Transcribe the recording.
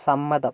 സമ്മതം